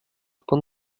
punt